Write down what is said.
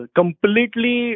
completely